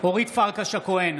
אורית פרקש הכהן,